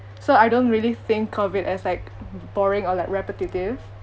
so I don't really think of it as like boring or like repetitive